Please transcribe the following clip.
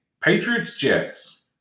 Patriots-Jets